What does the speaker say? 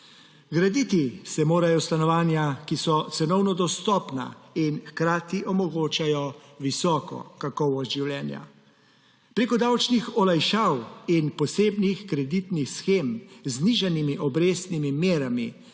Graditi se morajo stanovanja, ki so cenovno dostopna in hkrati omogočajo visoko kakovost življenja. Prek davčnih olajšav in posebnih kreditnih shem z znižanimi obrestnimi merami